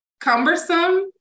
cumbersome